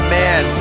man